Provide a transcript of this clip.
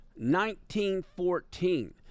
1914